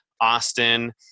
Austin